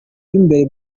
b’imbere